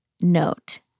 note